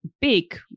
big